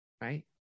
right